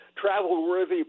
travel-worthy